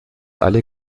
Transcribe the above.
alle